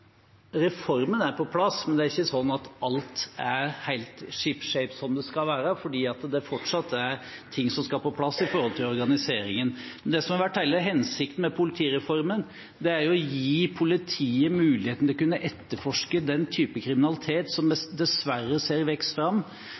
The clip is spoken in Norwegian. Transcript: Reformen er på plass, men det er ikke slik at alt er helt «ship shape» slik det skal være, for det er fortsatt ting som skal på plass når det gjelder organiseringen. Det som har vært hele hensikten med politireformen, er å gi politiet muligheten til å kunne etterforske den type kriminalitet som vi dessverre ser vokser fram,